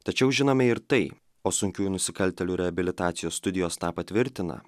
tačiau žinome ir tai o sunkiųjų nusikaltėlių reabilitacijos studijos tą patvirtina